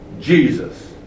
Jesus